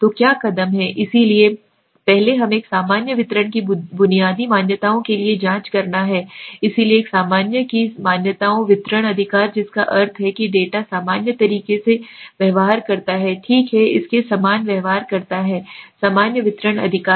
तो क्या कदम हैं इसलिए पहले हम एक एक सामान्य वितरण की बुनियादी मान्यताओं के लिए जाँच करना है इसलिए एक सामान्य की मान्यताओं वितरण अधिकार जिसका अर्थ है कि डेटा सामान्य तरीके से व्यवहार करता है ठीक इसके समान व्यवहार करता है सामान्य वितरण अधिकार